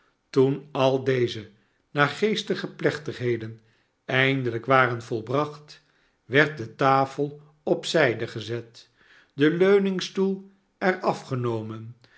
toen al deze naargeestige plechtigheden eindelijk waren volbracht werd de tafel op zijde gezet de leuningstoel er af genomen